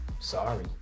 sorry